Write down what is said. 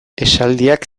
esaldiak